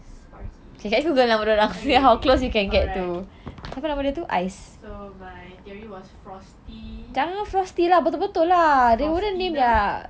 sparky okay okay okay alright so my theory was frosty frostyna